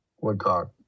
Woodcock